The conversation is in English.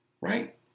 right